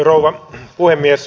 arvoisa puhemies